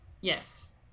yes